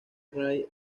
ray